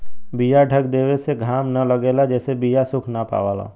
बीया ढक देवे से घाम न लगेला जेसे बीया सुख ना पावला